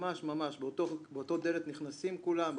ממש באותה דלת נכנסים כולם,